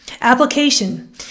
application